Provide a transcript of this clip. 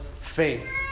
faith